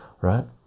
right